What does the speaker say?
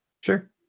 Sure